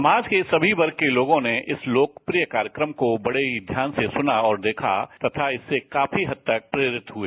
समाज के सभी वर्ग के लोगों ने इस लोकप्रिय कार्यक्रम को बड़े ही ध्यान से सुना और देखा तथा इससे काफी हद तक प्रेरित हुए